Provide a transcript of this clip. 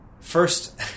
first